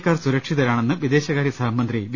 ക്കാർ സുരക്ഷിതരാണെന്ന് വിദേശകാര്യ സഹമന്ത്രി വി